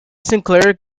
sinclair